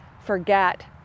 forget